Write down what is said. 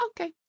okay